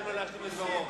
תן לו להשלים את דברו.